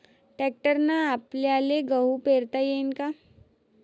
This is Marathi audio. ट्रॅक्टरने आपल्याले गहू पेरता येईन का?